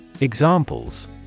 Examples